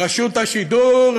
רשות השידור,